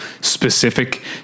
specific